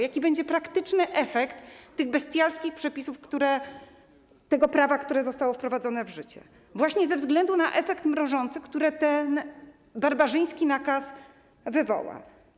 Jaki będzie praktyczny efekt tych bestialskich przepisów, tego prawa, które zostało wprowadzone w życie, właśnie ze względu na efekt mrożący, który ten barbarzyński nakaz wywoła?